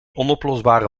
onoplosbare